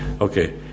Okay